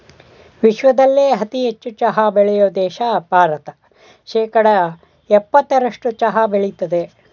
ವಿಶ್ವದಲ್ಲೇ ಅತಿ ಹೆಚ್ಚು ಚಹಾ ಬೆಳೆಯೋ ದೇಶ ಭಾರತ ಶೇಕಡಾ ಯಪ್ಪತ್ತರಸ್ಟು ಚಹಾ ಬೆಳಿತದೆ